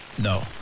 No